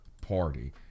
party